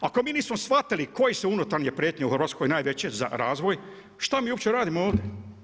Ako mi nismo shvatili koje su unutarnje prijetnje u Hrvatskoj za razvoj, šta mi uopće radimo ovdje?